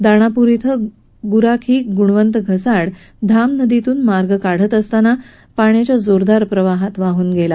दाणापूर खेला गुराखी गुणवंत घसाड हा धाम नदीतून मार्ग काढत असताना पाण्याच्या जोरदार प्रवाहामुळे वाङून गेला